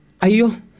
Ayo